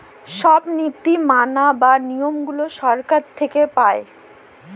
সব নীতি মালা বা নিয়মগুলো সরকার থেকে পায়